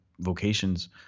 vocations